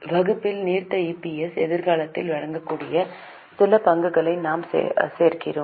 வகுப்பில் நீர்த்த இபிஎஸ்ஸுக்கு எதிர்காலத்தில் வழங்கப்படக்கூடிய சில பங்குகளை நாம் சேர்க்கிறோம்